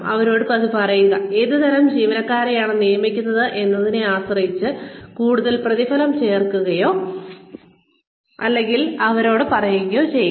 അവരോട് അത് പറയുക ഏത് തരം ജീവനക്കാരെയാണ് നിയമിക്കുന്നത് എന്നതിനെ ആശ്രയിച്ചു കൂടുതൽ പ്രതിഫലം ചേർക്കുകയോ അല്ലെങ്കിൽ അവരോട് പറയുകയോ ചെയ്യുക